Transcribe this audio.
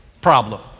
problem